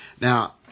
Now